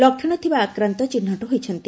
ଲକ୍ଷଣ ଥିବା ଆକ୍ରାନ୍ତ ଚିହ୍ନଟ ହୋଇଛନ୍ତି